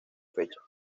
fechas